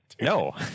No